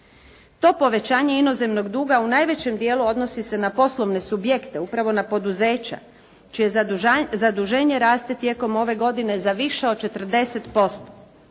To povećanje inozemnog duga u najvećem dijelu odnosi se na poslovne subjekte, upravo na poduzeća čije zaduženje raste tijekom ove godine za više od 40%.